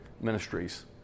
ministries